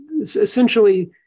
essentially